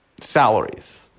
salaries